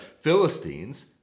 Philistines